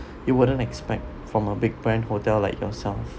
you wouldn't expect from a big brand hotel like yourself